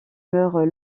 meurt